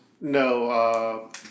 No